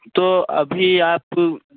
तो अभी आप